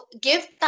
give